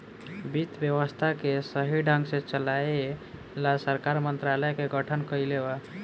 वित्त व्यवस्था के सही ढंग से चलाये ला सरकार मंत्रालय के गठन कइले बा